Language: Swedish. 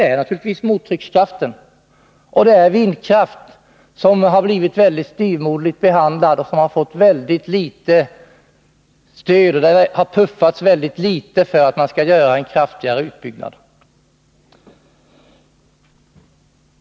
Det är naturligtvis mottryckskraften, och det är vindkraft, som har blivit mycket styvmoderligt behandlad och fått mycket litet stöd. Det har puffats mycket litet för kraftigare utbyggnad.